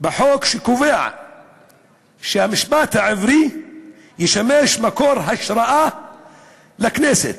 בחוק שקובע שהמשפט העברי ישמש מקור השראה לכנסת.